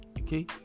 Okay